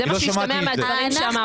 זה מה שהשתמע מהדברים שאמרתם.